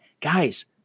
Guys